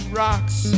rocks